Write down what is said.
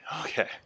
Okay